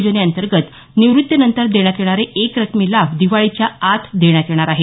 योजनेंतर्गत निव्रत्तीनंतर देण्यात येणारे एकरकमी लाभ दिवाळीच्या आत देण्यात येणार आहेत